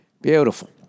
Beautiful